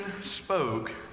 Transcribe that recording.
spoke